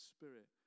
Spirit